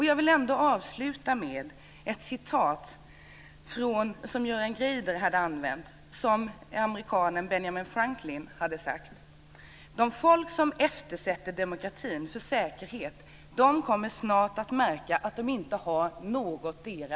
Jag vill avsluta med ett citat som Göran Greider har använt. Det är amerikanen Benjamin Franklin som har sagt: "Det folk som eftersätter demokratin för säkerheten, kommer snart att märka att de inte har någondera."